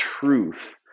truth